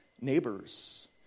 neighbors